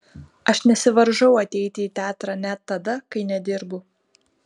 aš nesivaržau ateiti į teatrą net tada kai nedirbu